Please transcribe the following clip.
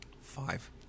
Five